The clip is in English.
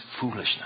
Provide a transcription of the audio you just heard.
foolishness